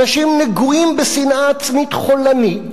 אנשים נגועים בשנאה עצמית חולנית,